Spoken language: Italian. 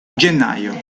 gennaio